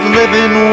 living